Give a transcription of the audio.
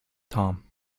tom